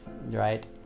right